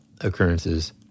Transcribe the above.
occurrences